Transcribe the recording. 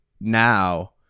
now